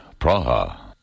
Praha